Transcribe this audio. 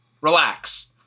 Relax